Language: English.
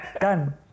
Done